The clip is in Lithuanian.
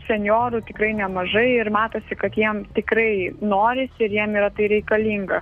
senjorų tikrai nemažai ir matosi kad jiem tikrai norisi ir jiem yra tai reikalinga